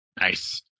Nice